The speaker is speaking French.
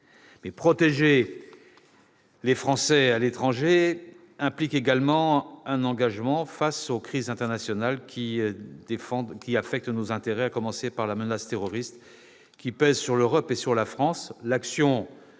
Protéger les Français à l'étranger implique également un engagement face aux crises internationales qui affectent nos intérêts, à commencer par la menace terroriste qui pèse sur l'Europe et sur la France.